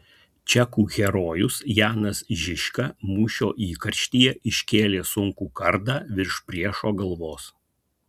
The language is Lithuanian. čekų herojus janas žižka mūšio įkarštyje iškėlė sunkų kardą virš priešo galvos